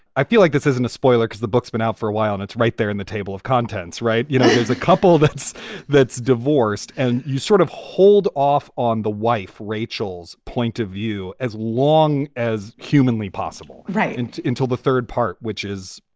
i feel like this isn't a spoiler because the book's been out for a while. and it's right there in the table of contents. right. you know, there's a couple that's that's divorced and you sort of hold off on the wife, rachel's point of view as long as humanly possible. right. and until the third part, which is,